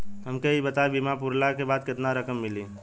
हमके ई बताईं बीमा पुरला के बाद केतना रकम मिली?